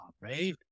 Right